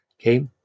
Okay